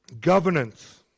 governance